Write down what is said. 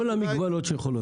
כל המגבלות שיכולות להיות.